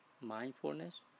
mindfulness